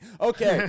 okay